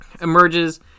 emerges